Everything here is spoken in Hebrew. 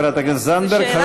תודה, חברת הכנסת תמר זנדברג.